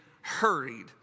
hurried